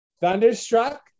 thunderstruck